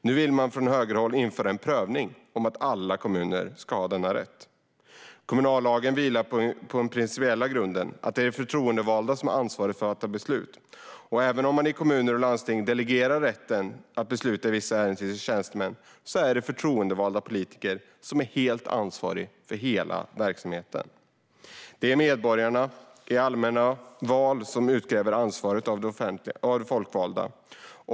Nu vill man från högerhåll införa en prövning av om alla kommuner ska ha denna rätt. Kommunallagen vilar på den principiella grunden att de förtroendevalda har ansvaret för att fatta beslut. Även om man i kommuner och landsting delegerar rätten att besluta i vissa ärenden till tjänstemän är de förtroendevalda politikerna helt ansvariga för all verksamhet. Det är medborgarna som i allmänna val utkräver ansvar av de folkvalda.